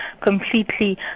completely